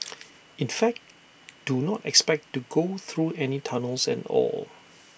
in fact do not expect to go through any tunnels at all